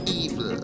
evil